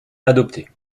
adopté